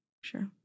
Sure